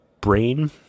brain